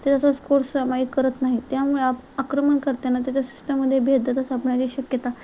ते तसाच कोर्समाई करत नाही त्यामुळे आ आक्रमण करताना त्याच्या सिस्टममध्ये भेद देतच आपण शक्यता